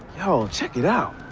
yo, check it out.